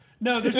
No